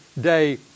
day